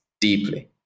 deeply